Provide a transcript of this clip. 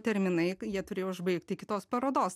terminai jie turėjo užbaigti iki tos parodos